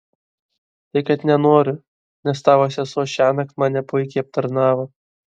tai kad nenoriu nes tavo sesuo šiąnakt mane puikiai aptarnavo